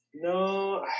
No